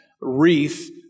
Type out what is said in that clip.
wreath